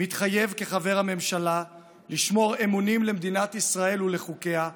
מתחייב כחבר הממשלה לשמור אמונים למדינת ישראל ולחוקיה,